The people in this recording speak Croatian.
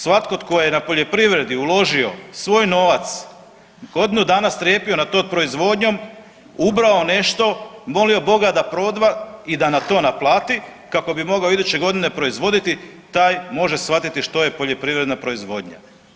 Svatko tko je na poljoprivredi uložio svoj novac, godinu dana strepio nad tom proizvodnjom, ubrao nešto, molio Boga da proda i da na to naplati kako bi mogao iduće godine proizvoditi, taj može shvatiti što je poljoprivredna proizvodnja.